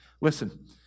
Listen